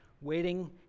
waiting